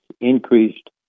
increased